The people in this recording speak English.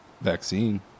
vaccine